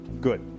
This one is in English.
Good